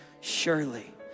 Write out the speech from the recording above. surely